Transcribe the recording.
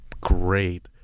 great